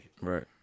Right